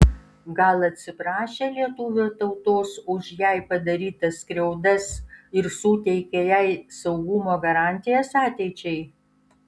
gal atsiprašė lietuvių tautos už jai padarytas skriaudas ir suteikė jai saugumo garantijas ateičiai